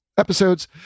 episodes